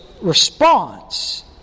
response